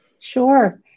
Sure